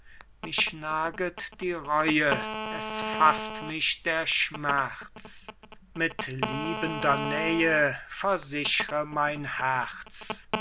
mich naget die reue es faßt mich der schmerz mit liebender nähe versichre mein herz